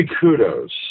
kudos